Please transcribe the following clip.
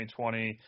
2020